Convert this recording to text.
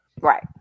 Right